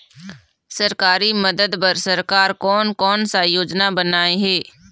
सरकारी मदद बर सरकार कोन कौन सा योजना बनाए हे?